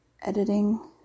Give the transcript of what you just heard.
editing